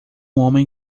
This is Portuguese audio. homem